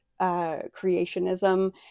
creationism